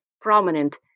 prominent